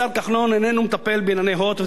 השר כחלון איננו מטפל בענייני "הוט",